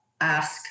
ask